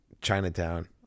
Chinatown